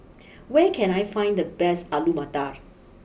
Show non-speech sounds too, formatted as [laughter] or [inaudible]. [noise] where can I find the best Alu Matar